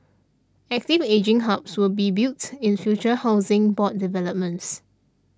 active ageing hubs will be built in future Housing Board developments